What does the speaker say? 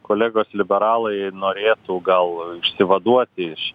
kolegos liberalai norėtų gal išsivaduoti iš